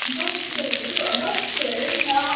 बस्ने ठाउँहरू बस्ने ठाउँहरू नि छ